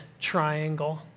triangle